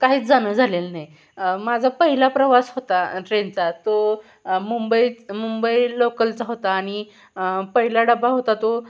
काहीच जाणं झालेलं नाही माझा पहिला प्रवास होता ट्रेनचा तो मुंबई मुंबई लोकलचा होता आणि पहिला डबा होता तो